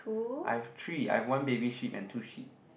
I have three I have one baby sheep and two sheep